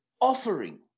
offering